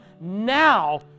now